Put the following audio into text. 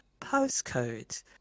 postcode